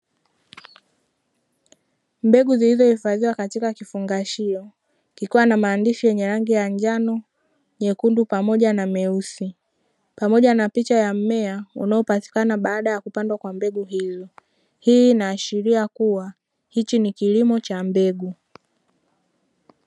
Mbegu zilizo hifadhiwa katika kifungashio, kikiwa na maandishi yenye ya rangi ya njano, nyekundu, pamoja na meusi pamoja na picha ya mmea unao patikana baada ya kupandwa kwa mbegi hiyo. Hii inaashiria kuwa hichi ni kilimo cha mbegu.